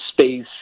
space